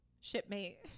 shipmate